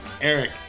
Eric